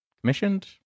commissioned